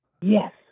Yes